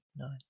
nine